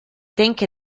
denke